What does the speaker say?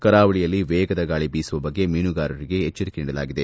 ಕರಾವಳಿಯಲ್ಲಿ ವೇಗದ ಗಾಳಿ ಬೀಸುವ ಬಗ್ಗೆ ಮೀನುಗಾರರಿಗೆ ಮುನ್ನಚ್ಚರಿಕೆ ನೀಡಲಾಗಿದೆ